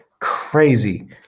crazy